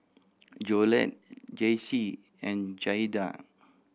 Jolette Jayce and Jaeda